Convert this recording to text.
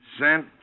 sent